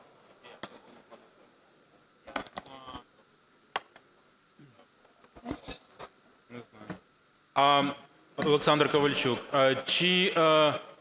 Олександр Ковальчук.